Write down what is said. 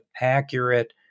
accurate